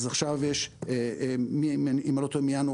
אז מינואר